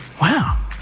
Wow